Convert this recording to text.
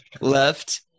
left